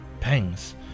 pangs